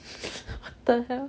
what the hell